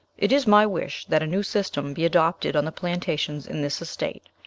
it is my wish that a new system be adopted on the plantations in this estate.